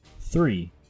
Three